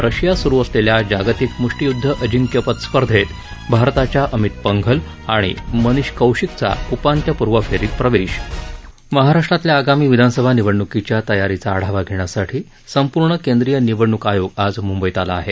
रशियात सुरु असलेल्या जागतिक मुष्टीयुद्ध अजिंक्यपद स्पर्धेत भारताच्या अमित पंघल आणि मनिश कौशिकचा उपांत्यपूर्व फेरीत प्रवेश महाराष्ट्राल्या आगामी विधानसभा निवडणुकीच्या तयारीचा आढावा घेण्यासाठी संपूर्ण केंद्रीय निवडणूक आयोग आज मुंबईत आला आहे